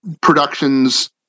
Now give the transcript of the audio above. productions